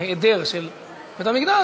בהיעדר של בית-המקדש,